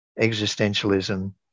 existentialism